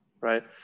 right